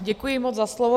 Děkuji moc za slovo.